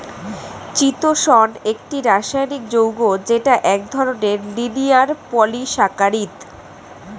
চিতোষণ একটি রাসায়নিক যৌগ যেটা এক ধরনের লিনিয়ার পলিসাকারীদ